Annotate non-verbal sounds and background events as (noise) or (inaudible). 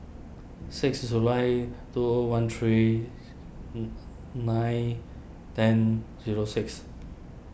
six July two O one three (hesitation) nine ten zero six